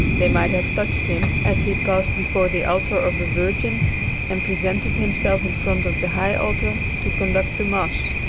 they might have touched him as he passed before the altar of the virgin and presented himself in front of the high altar to conduct the mass.